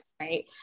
right